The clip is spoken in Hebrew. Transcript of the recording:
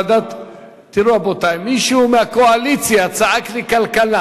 מישהו אמר לי כלכלה.